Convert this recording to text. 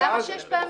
למה 6 פעמים?